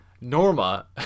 Norma